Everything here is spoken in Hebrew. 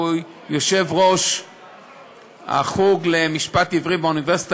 שהוא ראש המכון לחקר המשפט עברי באוניברסיטה